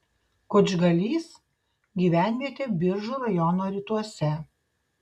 kučgalys gyvenvietė biržų rajono rytuose